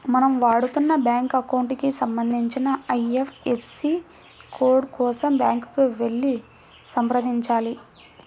మనం వాడుతున్న bank account కి సంబంధించిన ఐ.ఎఫ్.ఎస్.సి కోడ్ కోసం బ్యాంకుకి వెళ్లి సంప్రదించాలి